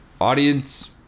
Audience